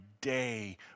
day